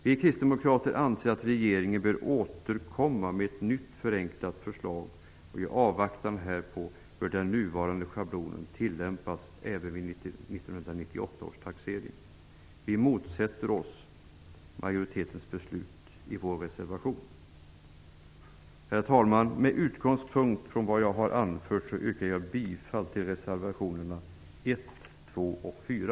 Vi kristdemokrater anser att regeringen bör återkomma med ett nytt förenklat förslag, och i avvaktan härpå bör den nuvarande schablonen tillämpas även vid 1998 års taxering. Vi motsätter oss majoritetens beslut i vår reservation. Herr talman! Med utgångspunkt från vad jag har anfört yrkar jag bifall till reservationerna 1, 2 och 4.